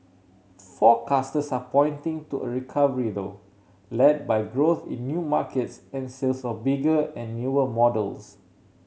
forecasters are pointing to a recovery though led by growth in new markets and sales of bigger and newer models